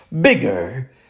bigger